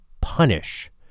punish